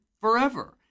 forever